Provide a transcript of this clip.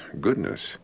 goodness